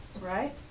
right